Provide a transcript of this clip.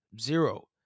zero